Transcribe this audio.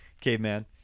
Caveman